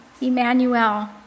Emmanuel